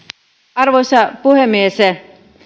arvoisa puhemies